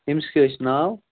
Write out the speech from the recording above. أمِس کیٛاہ حظ چھِ ناو